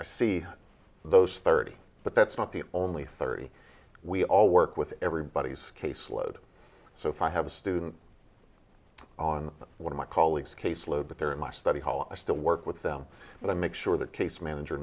i see those thirty but that's not the only thirty we all work with everybody's caseload so if i have a student on one of my colleagues caseload but they're in my study hall i still work with them but i make sure that case manager